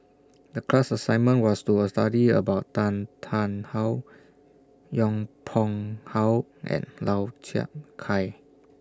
The class assignment was to A study about Tan Tarn How Yong Pung How and Lau Chiap Khai